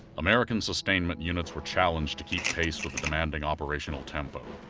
american sustainment units were challenged to keep pace with the demanding operational tempo.